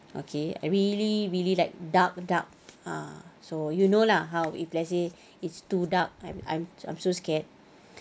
okay really really like dark dark ah so you know lah how if let's say it's too dark I'm I'm I'm so scared